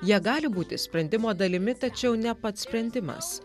jie gali būti sprendimo dalimi tačiau ne pats sprendimas